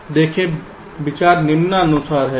देखें विचार निम्नानुसार है